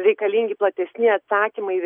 reikalingi platesni atsakymai